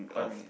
five minutes